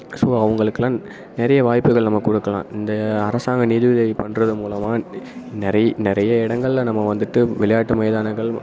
so அவங்களுக்குலாம் நிறைய வாய்ப்புகள் நம்ம கொடுக்கலாம் இந்த அரசாங்க நிதி உதவி பண்ணுறது மூலமாக நிறை நிறைய இடங்கள்ல நம்ம வந்துவிட்டு விளையாட்டு மைதானங்கள்